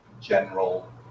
general